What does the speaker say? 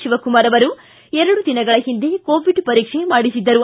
ಶಿವಕುಮಾರ್ ಅವರು ಎರಡು ದಿನಗಳ ಹಿಂದೆ ಕೋವಿಡ್ ಪರೀಕ್ಷೆ ಮಾಡಿಒದ್ದರು